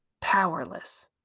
powerless